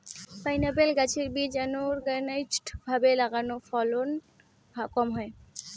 pineapple গাছের বীজ unorganised ভাবে লাগালে ফলন কম হয়